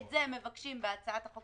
את זה מבקשים בהצעת החוק